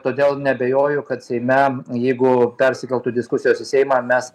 todėl neabejoju kad seime jeigu persikeltų diskusijos į seimą mes